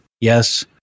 Yes